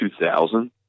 2000